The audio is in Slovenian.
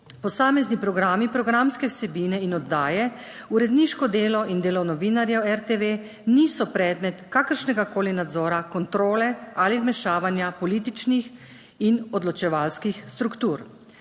Posamezni programi, programske vsebine in oddaje, uredniško delo in delo novinarjev RTV niso predmet kakršnegakoli nadzora, kontrole ali vmešavanja političnih in odločevalskih struktur.